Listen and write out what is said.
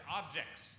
objects